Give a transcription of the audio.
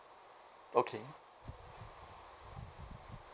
okay